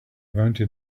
mounted